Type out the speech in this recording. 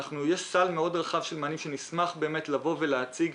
יש סל מאוד רחב של מענים ונשמח לבוא ולהציג.